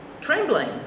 trembling